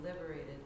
liberated